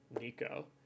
Nico